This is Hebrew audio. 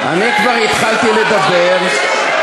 לא היה דיון.